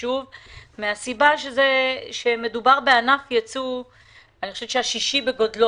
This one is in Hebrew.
חשוב מהסיבה שמדובר בענף ייצוא השישי בגודלו